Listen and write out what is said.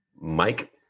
Mike